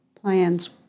Plans